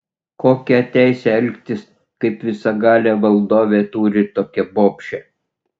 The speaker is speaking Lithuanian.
kokią teisę elgtis kaip visagalė valdovė turi tokia bobšė